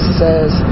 says